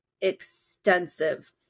extensive